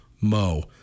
Mo